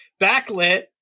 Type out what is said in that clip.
backlit